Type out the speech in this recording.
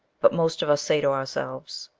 but most of us say to ourselves,